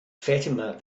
fatima